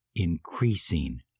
increasing